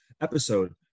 episode